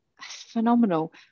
phenomenal